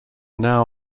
now